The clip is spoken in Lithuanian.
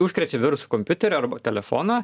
užkrečia virusu kompiuterį arba telefoną